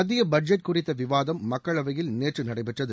மத்திய பட்ஜெட் குறித்த விவாதம் மக்களவையில் நேற்று நடைபெற்றது